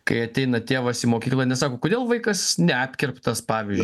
kai ateina tėvas į mokyklą nesako kodėl vaikas neapkirptas pavyzdžiui